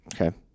Okay